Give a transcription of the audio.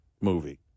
movie